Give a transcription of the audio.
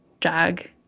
jag